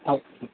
okay